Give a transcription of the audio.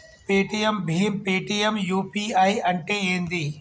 Paytm భీమ్ Paytm UPI అంటే ఏంది?